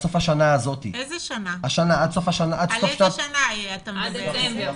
על איזו שנה אתה מדבר?